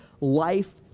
life